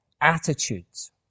attitudes